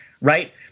right